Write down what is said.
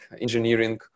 engineering